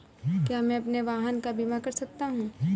क्या मैं अपने वाहन का बीमा कर सकता हूँ?